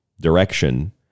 direction